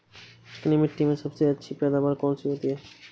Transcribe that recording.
चिकनी मिट्टी में सबसे अच्छी पैदावार कौन सी होती हैं?